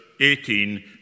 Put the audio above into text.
18